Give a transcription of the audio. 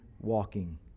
walking